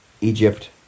Egypt